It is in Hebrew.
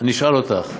אני אשאל אותך.